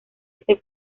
este